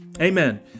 Amen